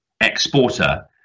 exporter